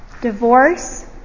Divorce